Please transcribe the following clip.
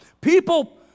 People